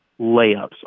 layups